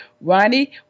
Ronnie